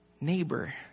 neighbor